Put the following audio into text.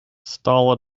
stall